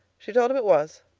she told him it was,